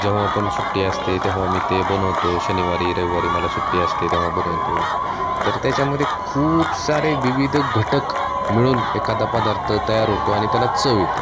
जेव्हा आपण सुट्टी असते तेव्हा मी ते बनवतो शनिवारी रविवारी मला सुट्टी असते तेव्हा बनवतो तर त्याच्यामध्ये खूप सारे विविध घटक मिळून एखादा पदार्थ तयार होतो आणि त्याला चव येते